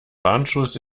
warnschuss